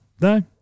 No